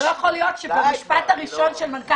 אבל לא יכול להיות שבמשפט הראשון של מנכ"ל